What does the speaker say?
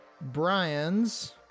Brian's